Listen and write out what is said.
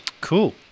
Cool